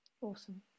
Awesome